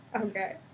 okay